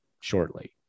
shortly